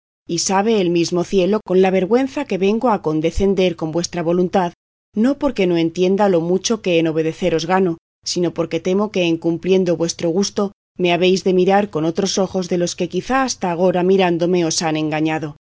y sabe el mismo cielo con la vergüenza que vengo a condecender con vuestra voluntad no porque no entienda lo mucho que en obedeceros gano sino porque temo que en cumpliendo vuestro gusto me habéis de mirar con otros ojos de los que quizá hasta agora mirándome os han engañado